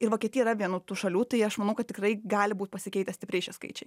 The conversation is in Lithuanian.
ir vokietija yra viena tų šalių tai aš manau kad tikrai gali būti pasikeitęs stipriai šie skaičiai